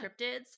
cryptids